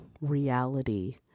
reality